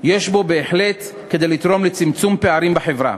יש בו בהחלט כדי לתרום לצמצום פערים בחברה.